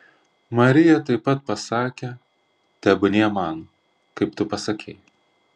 marija taip pat pasakė tebūnie man kaip tu pasakei